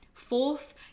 Fourth